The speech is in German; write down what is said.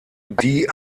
die